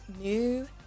new